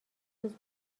روز